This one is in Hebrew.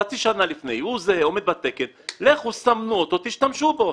חצי שנה לפני והוא עומד בתקן סמנו אותו והשתמשו בו.